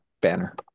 banner